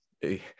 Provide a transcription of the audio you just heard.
Hey